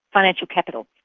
financial capital,